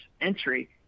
entry